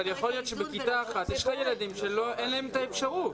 אבל יכול להיות שבכיתה אחת יש ילדים שאין להם את האפשרות.